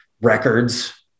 records